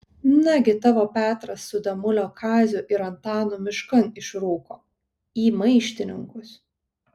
nagi tavo petras su damulio kaziu ir antanu miškan išrūko į maištininkus